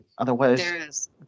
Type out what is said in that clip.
Otherwise